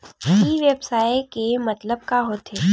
ई व्यवसाय के मतलब का होथे?